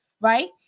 right